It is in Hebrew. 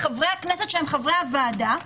לחברי הכנסת שהם חברי הוועדה,